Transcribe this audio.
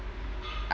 uh